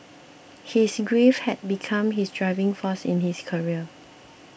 his grief had become his driving force in his career